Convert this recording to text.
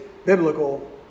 biblical